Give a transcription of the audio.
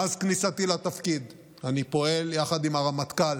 מאז כניסתי לתפקיד אני פועל יחד עם הרמטכ"ל